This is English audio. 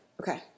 Okay